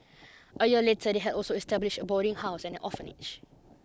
a year later they had also established a boarding house and an orphanage